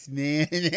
man